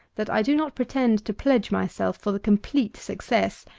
that i do not pretend to pledge myself for the complete success,